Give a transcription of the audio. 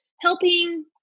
helping